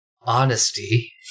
honesty